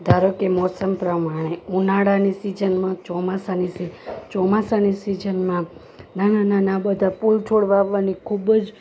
ધારોકે મોસમ પ્રમાણે ઉનાળાની સિઝનમાં ચોમાસાની ચોમાસાની સિઝનમાં નાના નાના બધાં ફૂલ છોડ વાવવાની ખૂબજ